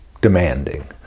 demanding